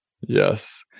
Yes